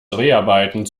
dreharbeiten